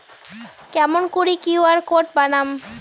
কেমন করি QR code বানাম?